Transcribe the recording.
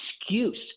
excuse